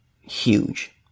huge